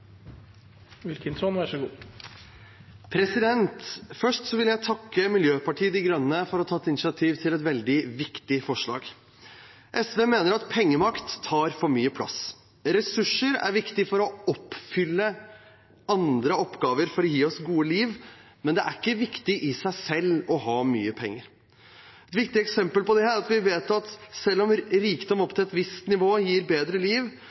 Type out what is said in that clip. Først vil jeg takke Miljøpartiet De Grønne for å ha tatt initiativ til et veldig viktig forslag. SV mener at pengemakt tar for mye plass. Ressurser er viktig for å oppfylle andre oppgaver for å gi oss et godt liv, men det er ikke viktig i seg selv å ha mye penger. Et viktig eksempel på dette er at vi vet at selv om rikdom opp til et visst nivå gir et bedre liv,